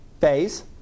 phase